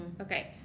Okay